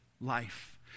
life